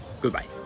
Goodbye